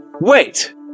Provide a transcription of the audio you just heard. Wait